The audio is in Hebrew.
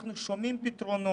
אנחנו שומעים פתרונות,